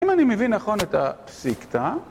אם אני מבין נכון את הפסיקתה